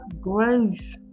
grace